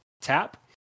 tap